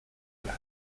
dela